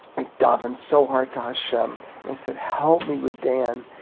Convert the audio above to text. i davened so hard to hashem. and i said, help me with dan.